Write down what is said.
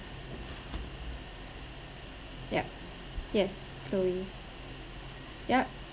yup yes chloe yup